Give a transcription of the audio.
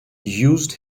used